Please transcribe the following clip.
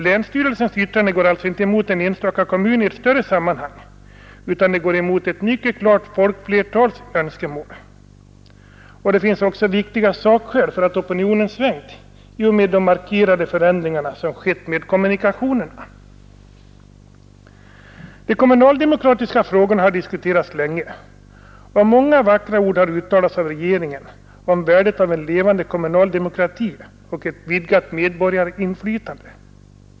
Länsstyrelsens yttrande går alltså inte emot en enstaka kommuns i ett större sammanhang, utan det går emot ett mycket klart folkflertals önskemål. Det finns också viktiga skäl för att opinionen svängt i och med de markanta förändringar i kommunikationerna som skett. De kommunaldemokratiska frågorna har diskuterats länge, och många vackra ord har uttalats av regeringen om värdet av en levande kommunal demokrati och ett vidgat medborgarinflytande.